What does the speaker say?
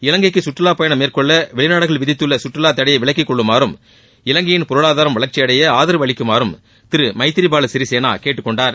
இலங்கைக்கு சுற்றுலாப் பயணம் மேற்கொள்ள வெளிநாடுகள் விதித்துள்ள சுற்றுலா தடையை விலக்கிக் கொள்ளுமாறும் இலங்கையின் பொருளாதாரம் வளர்ச்சியடைய ஆதரவளிக்குமாறும் திரு மைதிரிபால சிறிசேனா கேட்டுக் கொண்டார்